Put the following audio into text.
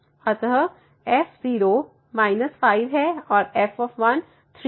अतः f −5 है और f 3 है